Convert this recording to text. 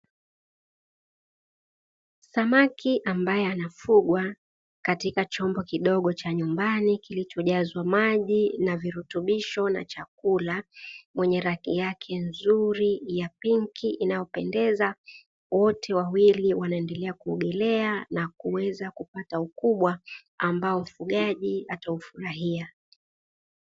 Samaki ambaye anafugwa katika chombo kidogo cha nyumbani kilichojazwa maji na virutubisho na chakula mwenye rangi yake nzuri ya pinki inayopendeza. Wote wawili wanaendelea kuogelea na kuweza kupata ukubwa ambao mfugaji ataufurahia.